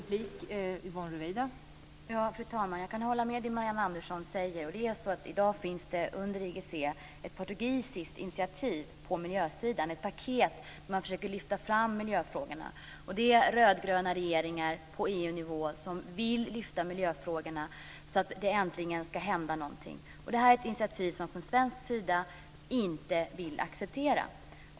Fru talman! Jag kan hålla med Marianne Andersson. I dag finns det under IGC ett portugisiskt initiativ på miljösidan - ett paket där man försöker lyfta fram miljöfrågorna. Det är rödgröna regeringar på EU-nivå som vill lyfta miljöfrågorna så att det äntligen händer något. Detta initiativ vill man från svensk sida inte acceptera.